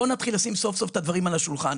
בואו נתחיל לשים סוף סוף את הדברים על השולחן.